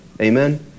Amen